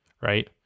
right